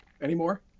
Anymore